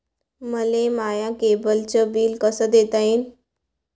मले माया केबलचं बिल कस देता येईन?